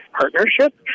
partnership